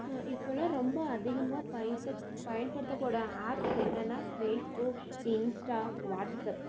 இப்போயெலாம் ரொம்ப அதிகமாக பயன்படுத்தபடும் ஆப்ஸ் என்னென்னா ஃபேஸ் புக் இன்ஸ்ட்டா வாட்ஸ்சப்